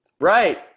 Right